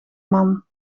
man